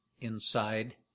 inside